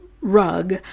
rug